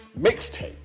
mixtape